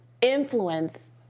influence